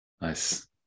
nice